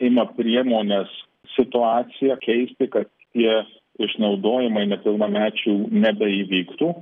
ima priemones situaciją keisti kad jie išnaudojimai nepilnamečių nebeįvyktų